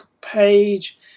page